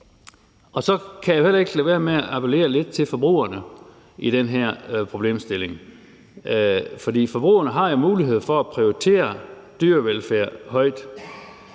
er. Så kan jeg heller ikke lade være med at appellere lidt til forbrugerne i den her problemstilling, for forbrugerne har jo mulighed for at prioritere dyrevelfærd højt.